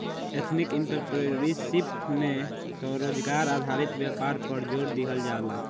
ethnic entrepreneurship में स्वरोजगार आधारित व्यापार पर जोड़ दीहल जाला